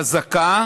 חזקה